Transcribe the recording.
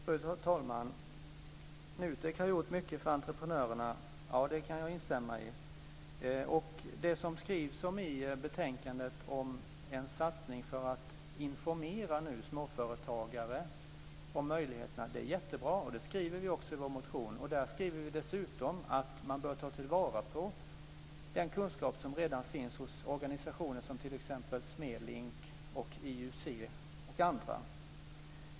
Fru talman! NUTEK har gjort mycket för entreprenörerna. Det kan jag instämma i. Det skrivs i betänkandet om en satsning för att nu informera småföretagare, och det är jättebra. Det skriver vi också i vår motion. Där skriver vi dessutom att man bör ta vara på den kunskap som redan finns i organisationer som t.ex. Smelink, IUC och andra.